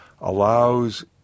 allows